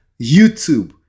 youtube